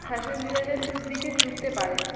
fashion ডিজাইনের দিকে ঝুঁকতে পারেন